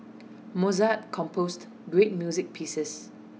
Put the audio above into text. Mozart composed great music pieces